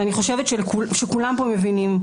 ואני חושבת שכולם פה מבינים,